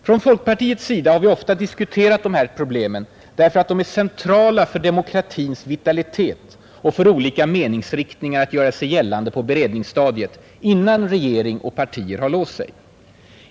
Från folkpartiets sida har vi ofta diskuterat de här problemen därför att de är centrala för demokratins vitalitet och för olika meningsriktningar att göra sig gällande på beredningsstadiet, innan regering och partier har låst sig.